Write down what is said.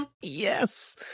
Yes